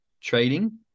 trading